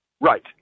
Right